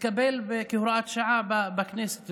התקבל כהוראת שעה בכנסת,